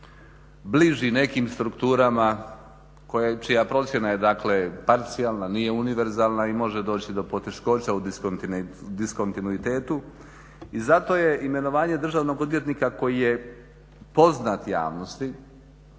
bliži nekim strukturama čija procjena je dakle parcijala, nije univerzalna i može doći do poteškoća u diskontinuitetu i zato je imenovanje državnog odvjetnika koji je poznat javnosti,